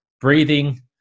breathing